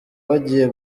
bagiye